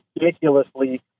ridiculously